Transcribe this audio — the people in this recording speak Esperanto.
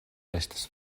estas